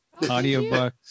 Audiobooks